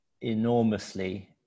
enormously